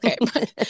Okay